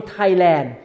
Thailand